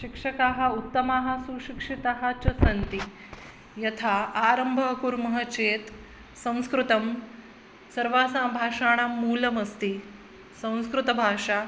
शिक्षकाः उत्तमाः सुशिक्षिताः च सन्ति यथा आरम्भं कुर्मः चेत् संस्कृतं सर्वासां भाषाणां मूलमस्ति संस्कृतभाषा